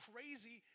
crazy